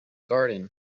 garden